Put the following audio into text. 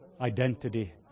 Identity